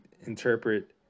interpret